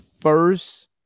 first